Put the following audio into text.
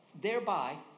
thereby